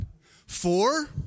Four